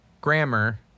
grammar